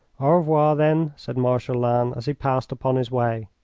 au revoir, then, said marshal lannes, as he passed upon his way.